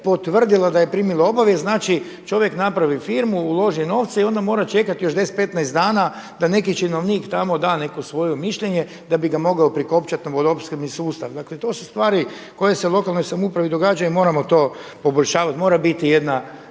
potvrdila da je primila obavijest. Znači čovjek napravi firmu, uloži novce i onda mora čekati još 10, 15 dana da neki činovnik tamo da neko svoje mišljenje da bi ga mogao prikopčati na vodoopskrbni sustav. Dakle to su stvari koje se lokalnoj samoupravi događaju i moramo to poboljšavati, mora biti jedna